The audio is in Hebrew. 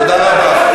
תודה רבה.